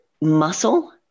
muscle